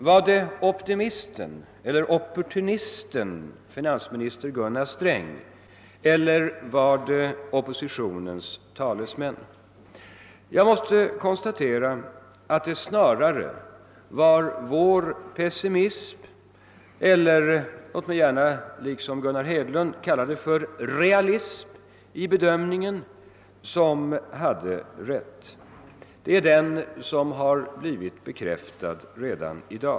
Var det optimisten eller opportunisten finansminister Gunnar Sträng? Eller var det oppositionens talesmän? Jag måste konstatera att det snarare var vi i vår pessimism eller — låt mig gärna uttrycka mig på samma sätt som herr Hedlund — vi med vår realism i bedömningen som hade rätt. Vår bedömning har redan i dag blivit bekräftad.